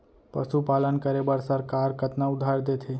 पशुपालन करे बर सरकार कतना उधार देथे?